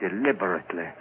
deliberately